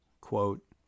quote